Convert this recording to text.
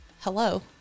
hello